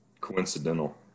coincidental